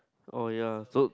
oh ya so